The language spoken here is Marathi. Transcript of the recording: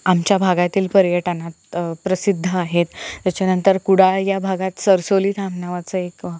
आमच्या भागातील पर्यटनात प्रसिद्ध आहेत त्याच्यानंतर कुडाळ या भागात सरसोली धाम नावाचं एक